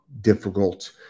difficult